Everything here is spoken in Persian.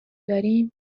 داریم